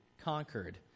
conquered